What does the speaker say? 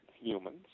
humans